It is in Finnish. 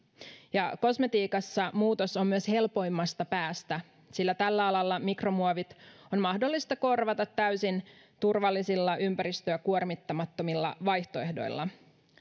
kosmetiikassa muutos on myös helpoimmasta päästä sillä tällä alalla mikromuovit on mahdollista korvata täysin turvallisilla ympäristöä kuormittamattomilla vaihtoehdoilla